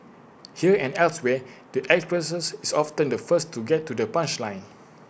here and elsewhere the actress is often the first to get to the punchline